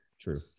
True